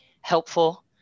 helpful